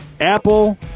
Apple